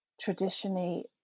traditionally